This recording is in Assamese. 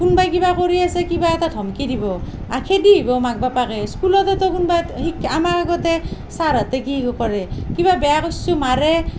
কোনোবায়ে কিবা কৰি আছে কিবা এটা ধমকি দিব খেদি দিব মাক বাপাকে স্কুলতেটো কোনবা আমাৰ আগতে ছাৰহাঁতে কি কৰে কিবা বেয়া কচ্ছু মাৰে